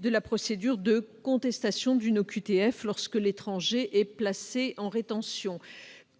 le territoire français, ou OQTF, lorsque l'étranger est placé en rétention.